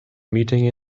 meeting